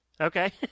Okay